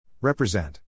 Represent